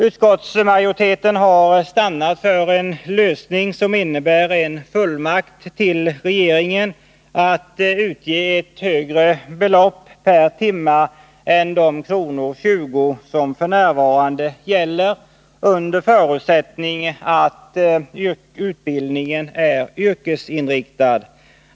Utskottsmajoriteten har stannat för en lösning som innebär en fullmakt till regeringen att utge ett högre belopp per timme än de 20 kr. som f. n. gäller, under förutsättning att utbildningen är yrkesinriktad.